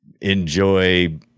enjoy